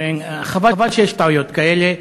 חבל שיש טעויות כאלה.